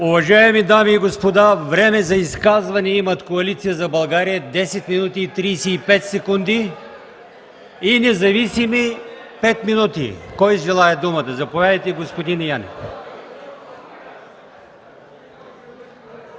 Уважаеми дами и господа, време за изказване имат Коалиция за България – 10 минути и 35 секунди, и независими – 5 минути. Кой желае думата? Заповядайте, господин Янков.